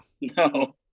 no